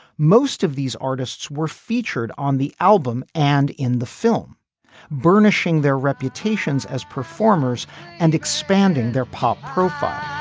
most of these artists were featured on the album and in the film burnishing their reputations as performers and expanding their pop profile